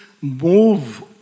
move